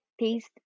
taste